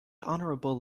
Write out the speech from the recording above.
honorable